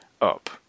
up